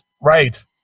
Right